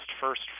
first